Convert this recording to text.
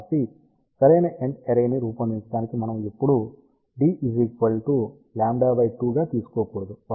కాబట్టి సరైన end fire array ని రూపొందించడానికి మనము ఎప్పుడూ d λ2 గా తీసుకోకూడదు